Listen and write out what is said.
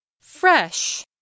Fresh